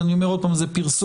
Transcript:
ואני אומר עוד פעם שזה פרסום,